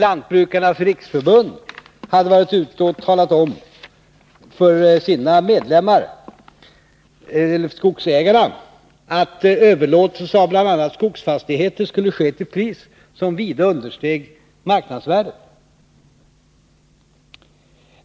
Lantbrukarnas riksförbund hade talat om för skogsägarna att överlåtelse av bl.a. skogsfastigheter skulle ske till pris som vida understeg marknadsvärdet.